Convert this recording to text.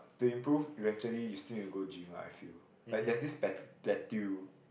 to improve you actually you still need to go gym one I feel like there's this plateau